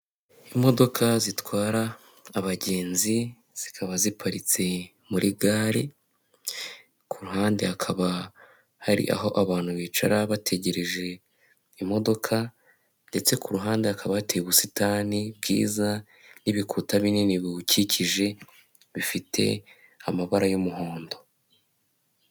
Imodoka zitwara abagenzi zikaba ziparitse muri gare, ku ruhande hakaba hari aho abantu bicara bategereje imodoka, ndetse ku ruhande hakaba hateye ubusitani bwiza n'ibikuta binini biwukikije bifite amabara y'umuhondo.